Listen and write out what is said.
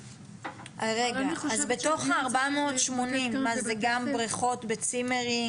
רגע, אז בתוך ה-480 זה גם בריכות בצימרים?